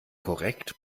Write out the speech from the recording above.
korrekt